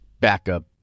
backup